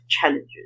challenges